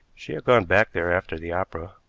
she had gone back there after the opera.